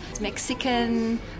Mexican